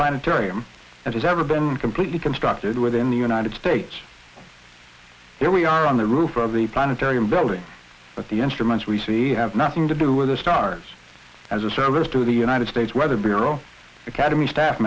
planetarium that has ever been completely constructed within the united states there we are on the roof of the planetarium building but the instruments we see i have nothing to do with the stars as a service to the united states weather bureau academy staff